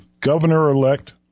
governor-elect